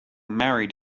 married